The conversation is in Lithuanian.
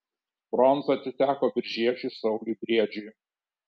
bronza atiteko biržiečiui sauliui briedžiui